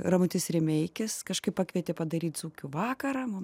ramutis rimeikis kažkaip pakvietė padaryt dzūkių vakarąmum